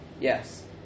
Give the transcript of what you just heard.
Yes